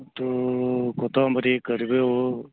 ಮತ್ತು ಕೊತ್ತಂಬರಿ ಕರಿಬೇವು